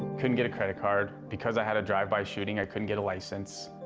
couldn't get a credit card. because i had a drive by shooting, i couldn't get a license.